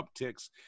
upticks